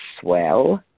swell